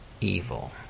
evil